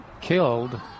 killed